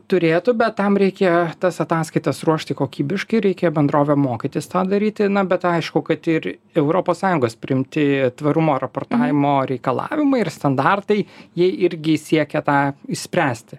turėtų bet tam reikia tas ataskaitas ruošti kokybiškai reikia bendrovėm mokytis tą daryti na bet aišku kad ir europos sąjungos priimti tvarumo raportavimo reikalavimai ir standartai jie irgi siekia tą išspręsti